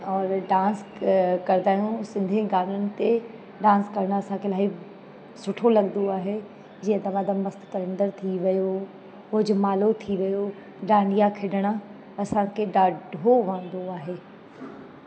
और डांस कंदा आहियूं सिंधियुनि गाननि ते डांस करणु असांखे अलाई सुठो लॻंदो आहे जीअं दमादम मस्त कलंदर थी वियो हो जमालो थी वियो डांडिया खेॾणु असांखे ॾाढो वणंदो आहे